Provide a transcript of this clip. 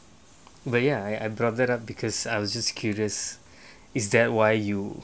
but ya I I brought that up because I was just curious is that why you